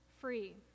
free